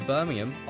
Birmingham